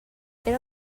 era